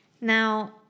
Now